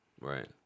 right